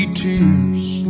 tears